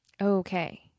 Okay